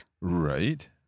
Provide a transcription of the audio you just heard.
Right